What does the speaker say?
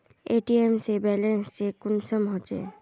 ATM से balance check कुंसम होचे?